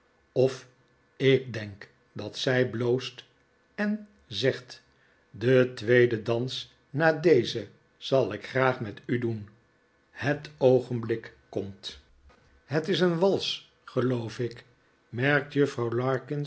of ik david copperfield denk dat zij bloost en zegt den tweeden dans na dezen zal ik graag met u doen het oogenblik komt het is een wals geloof ik merkt